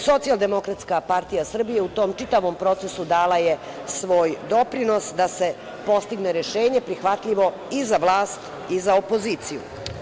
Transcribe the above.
Socijaldemokratska partija Srbije u tom čitavom procesu dala je svoj doprinos da se postigne rešenje prihvatljivo i za vlast i za opoziciju.